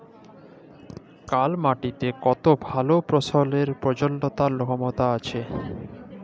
call মাটিতে কত ভাল ফসলের প্রজলল ক্ষমতা আছে